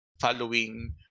following